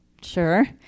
sure